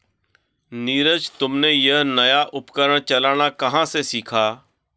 नीरज तुमने यह नया उपकरण चलाना कहां से सीखा?